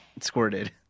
Squirted